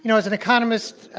you know, as an economist,